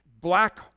black